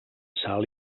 sal